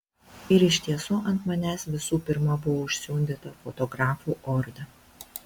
ir iš tiesų ant manęs visų pirma buvo užsiundyta fotografų orda